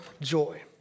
joy